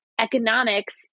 economics